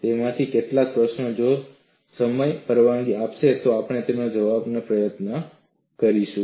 તેમાંથી કેટલાક પ્રશ્નો જો સમય પરવાનગી આપે તો આપણે આજે જવાબ આપવાનો પ્રયત્ન કરીશું